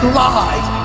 lies